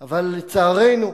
אבל לצערנו,